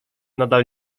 nadal